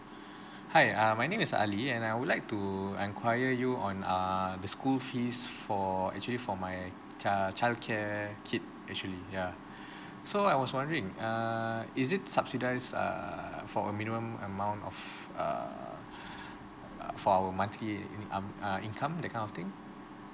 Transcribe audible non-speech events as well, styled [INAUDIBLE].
hi uh my name is ali and I would like to enquire you on err the school fees for actually for my err childcare kid actually yeah [BREATH] so I was wondering err is it subsidise err for a minimum amount of err [BREATH] uh for our monthly um uh income that kind of thing